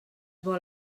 vol